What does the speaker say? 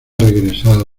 regresado